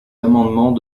amendements